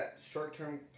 short-term